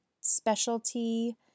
specialty